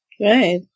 Right